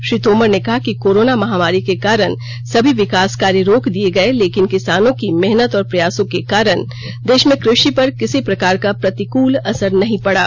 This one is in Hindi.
श्री तोमर ने कहा कि कोरोना महामारी के कारण सभी विकास कार्य रोक दिए गए लेकिन किसानों की मेहनत और प्रयासों के कारण देश में कृषि पर किसी प्रकार का प्रतिकूल असर नहीं पड़ा